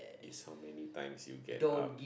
it's how many times you get up